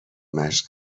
مشق